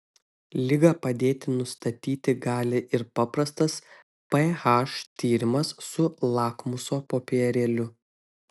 ligą padėti nustatyti gali ir paprastas ph tyrimas su lakmuso popierėliu